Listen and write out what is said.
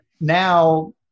now